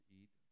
eat